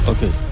Okay